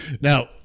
Now